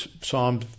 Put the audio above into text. Psalm